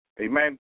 Amen